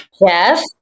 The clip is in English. Yes